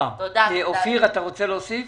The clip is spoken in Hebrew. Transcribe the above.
אופיר, אתה רוצה להוסיף?